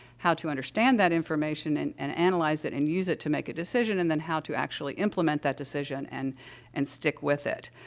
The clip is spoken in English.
how to understand that information and and analyze it and use it to make a decision, and then how to actually implement that decision and and stick with it.